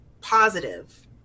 positive